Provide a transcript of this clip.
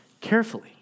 carefully